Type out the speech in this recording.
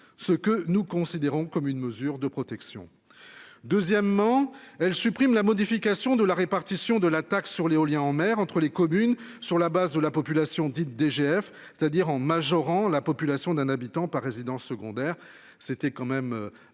Ce que nous considérons comme une mesure de protection. Deuxièmement, elle supprime la modification de la répartition de la taxe sur l'éolien en mer entre les communes, sur la base de la population dite DGF c'est-à-dire en majorant la population d'un habitant par résidence secondaire. C'était quand même assez